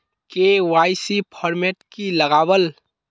KYC format की लगावल?